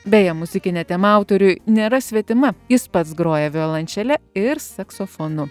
beje muzikinė tema autoriui nėra svetima jis pats groja violončele ir saksofonu